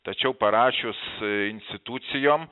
tačiau parašius institucijom